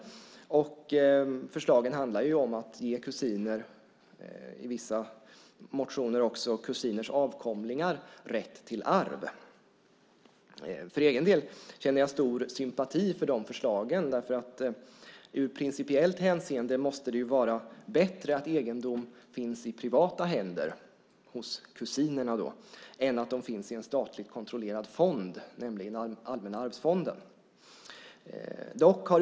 Förslagen handlar om att ge kusiner, och i vissa motioner också kusiners avkomlingar, rätt till arv. För egen del känner jag stor sympati för de förslagen. I principiellt hänseende måste det vara bättre att egendom finns i privata händer, hos kusinerna, än i en statligt kontrollerad fond, nämligen Allmänna arvsfonden.